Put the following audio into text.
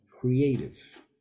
creative